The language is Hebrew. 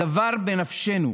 הדבר בנפשנו,